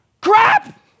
Crap